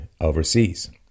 overseas